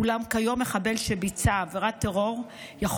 אולם כיום מחבל שביצע עבירת טרור יכול